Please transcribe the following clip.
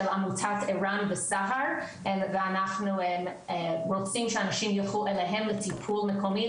עמותת ער"ן וסה"ר ואנחנו רוצים שאנשים ילכו אליהם לטיפול מקומי,